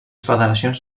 federacions